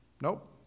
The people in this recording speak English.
Nope